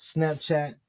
Snapchat